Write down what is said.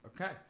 okay